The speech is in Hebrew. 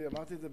אמרתי את זה.